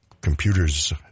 computer's